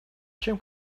чем